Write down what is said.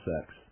sex